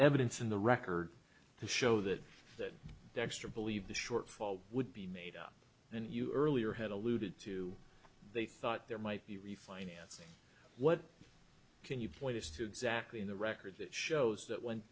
evidence in the record to show that that extra believe the shortfall would be made up and you earlier had alluded to they thought there might be refinancing what can you point us to exactly in the record shows that when